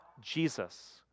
Jesus